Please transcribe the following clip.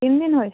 তিন দিন হয়